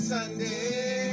Sunday